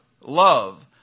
love